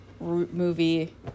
movie